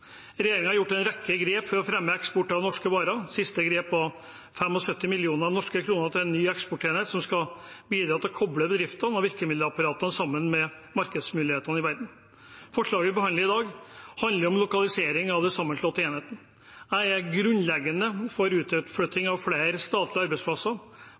har gjort en rekke grep for å fremme eksport av norske varer. Siste grep var 75 millioner norske kroner til en ny eksportenhet som skal bidra til å koble bedriftene og virkemiddelapparatet sammen med markedsmulighetene i verden. Forslaget vi behandler i dag, handler om lokaliseringen av den sammenslåtte enheten. Jeg er grunnleggende for utflytting av flere statlige arbeidsplasser